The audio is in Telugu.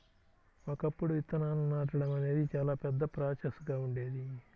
ఒకప్పుడు విత్తనాలను నాటడం అనేది చాలా పెద్ద ప్రాసెస్ గా ఉండేది